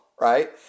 right